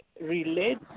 relate